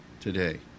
today